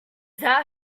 that